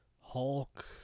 Hulk